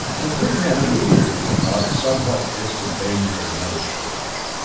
the three men immediately forgot the somewhat distant danger of the metal shortage.